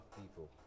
people